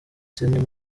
sydney